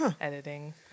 editing